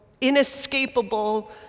inescapable